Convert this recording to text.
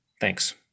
Thanks